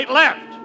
left